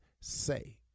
say